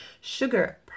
sugar